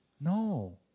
No